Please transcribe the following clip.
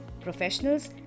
professionals